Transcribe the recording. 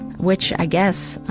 which, i guess,